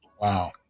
Wow